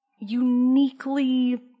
uniquely